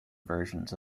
versions